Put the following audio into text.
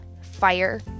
fire